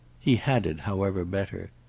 he had it, however, better.